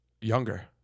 Younger